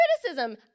criticism